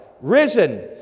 risen